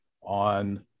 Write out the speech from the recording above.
on